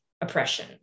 oppression